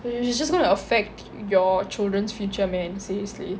yo~ you you just going to affect your children's future man seriously